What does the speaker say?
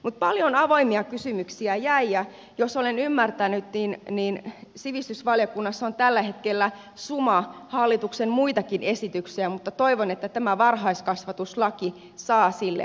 mutta paljon avoimia kysymyksiä jäi ja jos olen ymmärtänyt niin sivistysvaliokunnassa on tällä hetkellä suma hallituksen muitakin esityksiä mutta toivon että tämä varhaiskasvatuslaki saa sille kuuluvan arvon